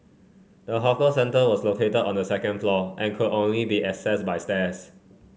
the hawker centre was located on the second floor and could only be access by stairs